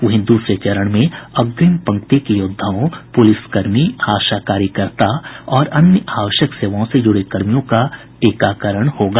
वहीं दूसरे चरण में अग्रिम पंक्ति के योद्वाओं प्रलिसकर्मी आशा कार्यकर्ता और अन्य आवश्यक सेवाओं से जुड़े कर्मियों का टीकाकरण होगा